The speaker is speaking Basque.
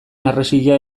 harresia